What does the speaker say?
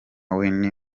winnie